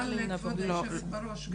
כבוד היושבת בראש,